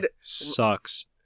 Sucks